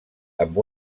amb